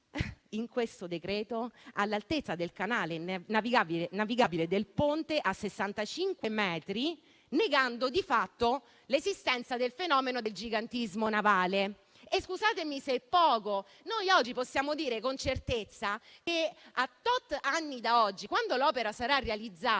in esame, all'altezza del canale navigabile del ponte, pari a 65 metri, negando di fatto l'esistenza del fenomeno del gigantismo navale: scusate se è poco. Possiamo dire con certezza che, a *tot* anni da oggi, quando l'opera sarà realizzata,